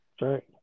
right